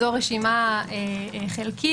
זו רשימה חלקית.